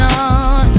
on